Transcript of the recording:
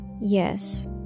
yes